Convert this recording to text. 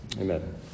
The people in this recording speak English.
Amen